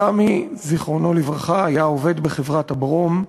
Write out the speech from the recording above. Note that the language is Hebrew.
סאמי, זיכרונו לברכה, היה עובד בחברת הברום,